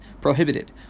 prohibited